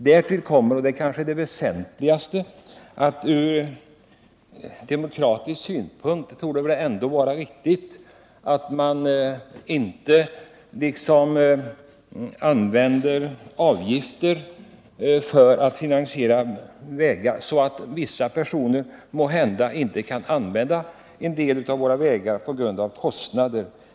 Därtill kommer — och det är kanske det väsentligaste — att det från demokratisk synpunkt inte torde vara riktigt att införa avgifter för att finansiera vägar, eftersom många människor måhända därigenom inte skulle kunna använda en del av våra vägar på grund av kostnaderna.